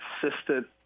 consistent